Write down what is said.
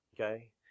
Okay